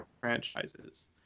franchises